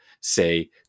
say